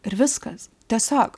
ir viskas tiesiog